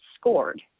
scored